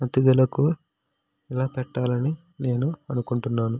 అతిథులకి ఇలా పెట్టాలని నేను అనుకుంటున్నాను